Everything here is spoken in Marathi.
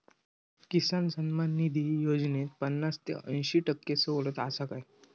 किसान सन्मान निधी योजनेत पन्नास ते अंयशी टक्के सवलत आसा काय?